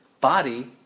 Body